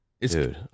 Dude